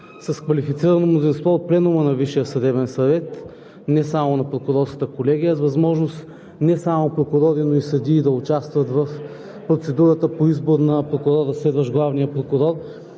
с квалифицирано мнозинство от Пленума на Висшия съдебен съвет, не само на Прокурорската колегия, с възможност не само прокурори, но и съдии да участват в процедурата по избор на прокурор – разследващ главния прокурор.